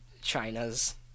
China's